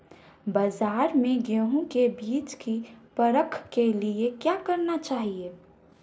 बाज़ार में गेहूँ के बीज की परख के लिए क्या करना चाहिए?